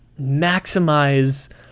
maximize